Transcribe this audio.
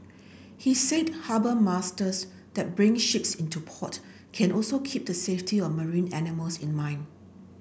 he said harbour masters that bring ships into port can also keep the safety of marine animals in mind